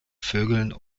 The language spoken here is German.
vögeln